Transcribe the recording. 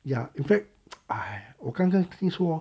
ya in fact 哎我刚刚听说